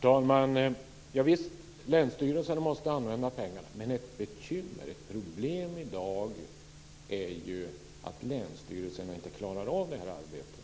Herr talman! Javisst, länsstyrelserna måste använda pengarna. Men ett problem i dag är ju att länsstyrelserna inte klarar av det här arbetet.